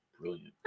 Brilliant